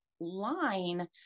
line